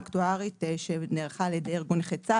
אקטוארית שנערכה על ידי ארגון נכי צה"ל,